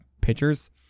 pitchers